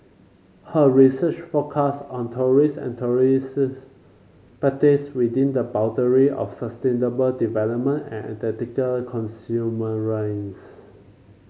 her research focus on tourist and tourists practice within the boundary of sustainable development and ethical consumerism